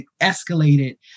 escalated